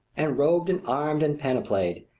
and robed and armed and panoplied,